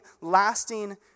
lasting